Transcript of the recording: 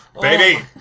Baby